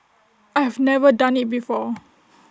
I have never done IT before